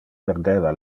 perdeva